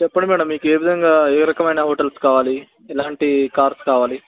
చెప్పండి మేడమ్ మీకు ఏ విధంగా ఏ రకమైన హోటల్స్ కావాలి ఎలాంటి కార్స్ కావాలి